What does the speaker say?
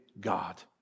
God